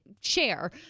share